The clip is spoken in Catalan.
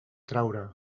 traure